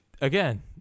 Again